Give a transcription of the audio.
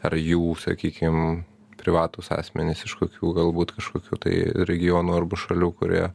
ar jų sakykim privatūs asmenys iš kokių galbūt kažkokių tai regionų arba šalių kurie